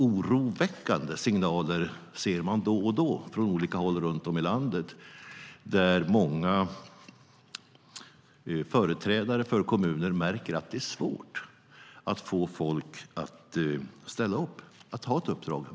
Oroväckande ser man då och då från olika håll runt om i landet, där många företrädare för kommuner märker att det är svårt att få folk att ställa upp och ta ett uppdrag.